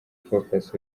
focus